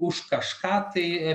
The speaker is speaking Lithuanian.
už kažką tai